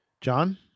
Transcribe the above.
John